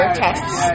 tests